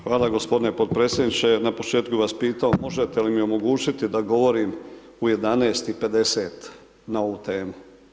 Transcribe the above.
Hvala gospodine podpredsjedniče, na početku bih vas pitao možete li omogućiti da govorim u 11,50 na ovu temu.